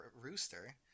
rooster